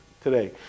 today